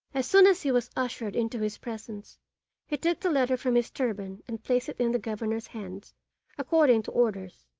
as soon as he was ushered into his presence he took the letter from his turban and placed it in the governor's hands according to orders.